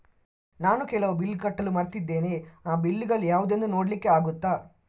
ನಾನು ಕೆಲವು ಬಿಲ್ ಕಟ್ಟಲು ಮರ್ತಿದ್ದೇನೆ, ಆ ಬಿಲ್ಲುಗಳು ಯಾವುದೆಂದು ನೋಡ್ಲಿಕ್ಕೆ ಆಗುತ್ತಾ?